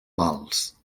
vals